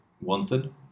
wanted